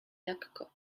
lekko